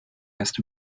erst